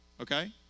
okay